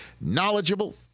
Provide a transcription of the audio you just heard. knowledgeable